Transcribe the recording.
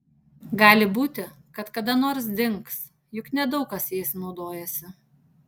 gali būti kad kada nors dings juk nedaug kas jais naudojasi